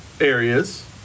areas